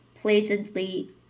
pleasantly